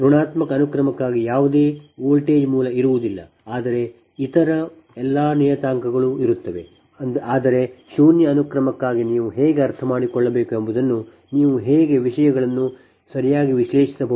ಋಣಾತ್ಮಕ ಅನುಕ್ರಮಕ್ಕಾಗಿ ಯಾವುದೇ ವೋಲ್ಟೇಜ್ ಮೂಲ ಇರುವುದಿಲ್ಲ ಆದರೆ ಇತರ ಎಲ್ಲ ನಿಯತಾಂಕಗಳು ಇರುತ್ತವೆ ಆದರೆ ಶೂನ್ಯ ಅನುಕ್ರಮಕ್ಕಾಗಿ ನೀವು ಹೇಗೆ ಅರ್ಥಮಾಡಿಕೊಳ್ಳಬೇಕು ಎಂಬುದನ್ನು ನೀವು ಹೇಗೆ ವಿಷಯಗಳನ್ನು ಸರಿಯಾಗಿ ವಿಶ್ಲೇಷಿಸಬಹುದು